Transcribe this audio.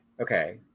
Okay